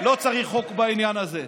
לא צריך חוק בעניין הזה.